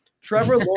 Trevor